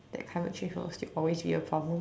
climate change will still always be a problem